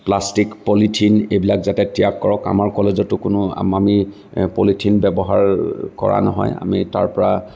plastic polythene এইবিলাক যাতে ত্যাগ কৰক আমাৰ কলেজতো কোনেও আমি পলিথিল ব্যৱহাৰ কৰা নহয় আমি তাৰপৰা